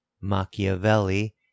Machiavelli